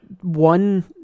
one